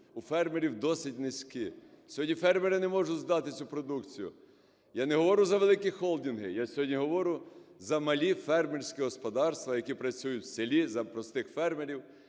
у фермерів досить низькі. Сьогодні фермери не можуть здати цю продукцію. Я не говорю за великі холдинги, я сьогодні говорю за малі фермерські господарства, які працюють в селі, за простих фермерів,